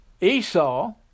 Esau